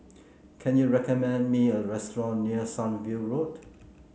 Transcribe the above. can you recommend me a restaurant near Sunview Road